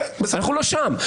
אנחנו לא שם,